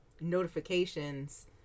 notifications